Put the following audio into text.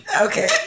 Okay